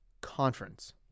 conference